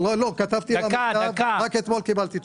כתבתי לה מכתב, ורק אתמול קיבלתי תשובה.